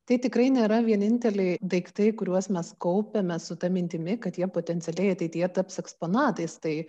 tai tikrai nėra vieninteliai daiktai kuriuos mes kaupiame su ta mintimi kad jie potencialiai ateityje taps eksponatais tai